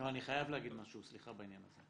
אני חייב להגיד בעניין הזה,